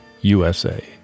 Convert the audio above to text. USA